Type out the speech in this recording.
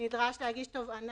נשתדל לעבוד מהר.